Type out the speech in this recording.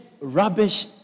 rubbish